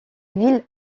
ville